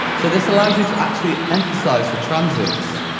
so, this allows you to actually emphasise the transients,